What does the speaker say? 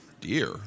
dear